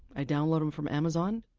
i download them from amazon.